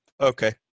Okay